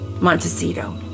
Montecito